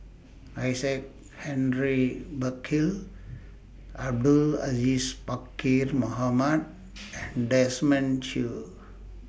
Isaac Henry Burkill Abdul Aziz Pakkeer Mohamed and Desmond Choo